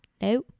no